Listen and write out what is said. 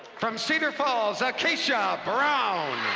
from cedar falls, akacia brown.